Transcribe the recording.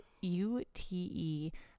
U-T-E